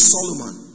Solomon